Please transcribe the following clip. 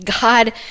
God